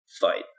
fight